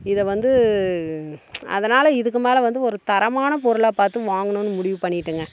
இதை வந்து அதனால் இதுக்கு மேலே வந்து ஒரு தரமான பொருளாக பார்த்து வாங்கணுன்னு முடிவு பண்ணிவிட்டங்க